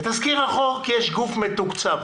בתזכיר החוק יש גוף מתוקצב.